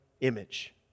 image